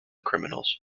criminals